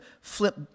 flip